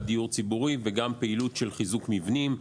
דיור ציבורי וגם פעילות של חיזוק מבנים.